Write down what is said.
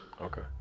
Okay